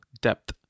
depth